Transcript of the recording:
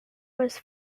was